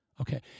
Okay